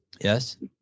Yes